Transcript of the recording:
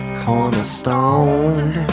cornerstone